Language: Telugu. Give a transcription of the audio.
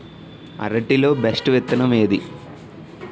అరటి లో బెస్టు విత్తనం ఏది?